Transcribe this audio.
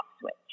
switch